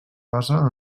basa